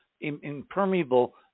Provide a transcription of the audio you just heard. impermeable